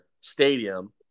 stadium